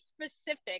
specific